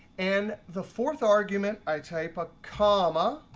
in the fourth argument, i type a comma,